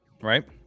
right